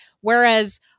whereas